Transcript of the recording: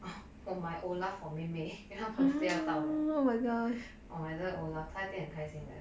我买 olaf for 妹妹因为她的 birthday 要到了我买这个 olaf 她一定很开心的